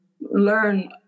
learn